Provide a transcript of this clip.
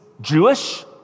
Jewish